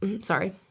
sorry